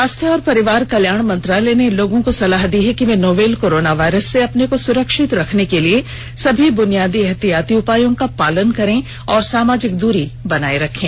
स्वास्थ्य और परिवार कल्याण मंत्रालय ने लोगों को सलाह दी है कि वे नोवल कोरोना वायरस से अपने को सुरक्षित रखने के लिए सभी बुनियादी एहतियाती उपायों का पालन करें और सामाजिक दूरी बनाए रखें